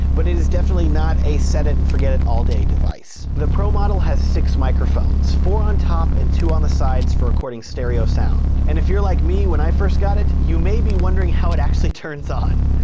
but it is definitely not a set it and forget it all day device. the pro model has six microphones, four on top, and two on the sides for recording stereo sound. and if you're like me when i first got it, you may be wondering how it actually turns on.